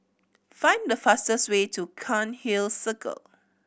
find the fastest way to Cairnhill Circle